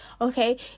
okay